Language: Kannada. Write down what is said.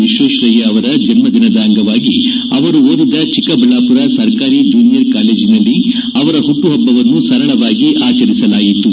ವಿಶ್ವೇಶ್ವರಯ್ಯ ಅವರ ಜನ್ದಿನದ ಅಂಗವಾಗಿ ಅವರು ಓದಿದ ಚಿಕ್ಕಬಳ್ಳಾಪುರ ಸರ್ಕಾರಿ ಜೂನಿಯರ್ ಕಾಲೇಜಿನಲ್ಲಿ ಅವರ ಹುಟ್ಟುಹಬ್ಬವನ್ನು ಸರಳವಾಗಿ ಆಚರಿಸಲಾಯಿತು